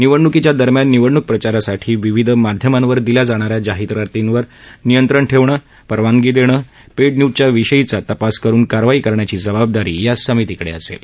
निवडणूकीच्या दरम्यान निवडणूक प्रचारासाठी विविध माध्यमांवर दिल्या जाणाऱ्या जाहिरातीवर नियंत्रण ठेवणं परवानगी देणं पेड न्यूज विषयीचा तपास करून कारवाई करण्याची जबाबदारी या समितीकडे असेल